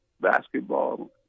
basketball